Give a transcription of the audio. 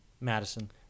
Madison